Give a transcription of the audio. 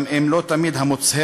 גם אם לא תמיד המוצהרת,